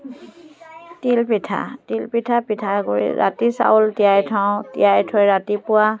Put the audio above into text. তিলপিঠা তিলপিঠা পিঠাগুড়ি ৰাতি চাউল তিয়াই থওঁ তিয়াই থৈ ৰাতিপুৱা